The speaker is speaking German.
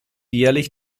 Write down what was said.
jährlich